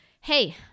hey